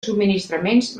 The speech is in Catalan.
subministraments